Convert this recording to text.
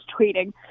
tweeting